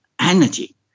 energy